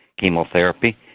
chemotherapy